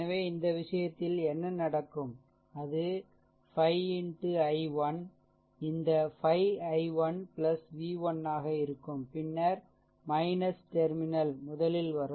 எனவே இந்த விஷயத்தில் என்ன நடக்கும் அது 5 X i1 இந்த 5 i1 v1 ஆக இருக்கும் பின்னர் - டெர்மினல் முதலில் வரும்